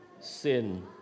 sin